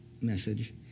message